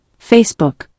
Facebook